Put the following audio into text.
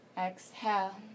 Exhale